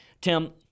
Tim